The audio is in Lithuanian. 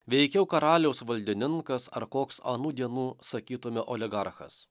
veikiau karaliaus valdininkas ar koks anų dienų sakytume oligarchas